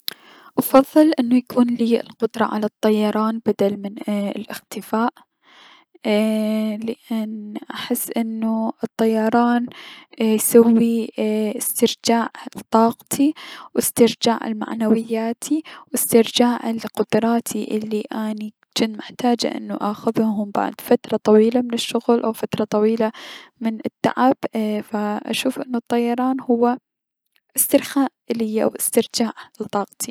افضل انه يكون ليا القدرة على الطيران بدل من الأختفاء، ايي- لأن احس انو الطيران يسوي ايي- استرجاع لطاقتي و استرجاع لمعنوياتي و استرجاع و استرجاع لقدراتي الي اني جنت محتاجة اخذهم بعد فترة طويلة من الشغل و او فترة طويلة من التعب ف ايي- اشوف انو الطيران يسوي استرخاء اليا او استرجاع لطاقتي.